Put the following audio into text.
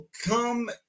come